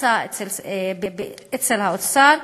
נמצא אצל האוצר,